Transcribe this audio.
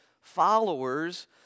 followers